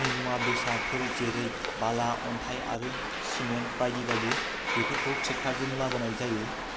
मुवा बेसादफोर जेरै बाला अन्थाइ आरो सिमेन्ट बायदि बायदि बेफोरखौ ट्रेक्ट'रजों लाबोनाय जायो